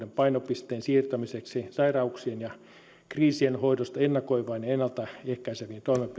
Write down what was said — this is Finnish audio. painopisteen siirtämiseksi sairauksien ja kriisien hoidosta ennakoivaan ja ennalta ehkäiseviin toimenpiteisiin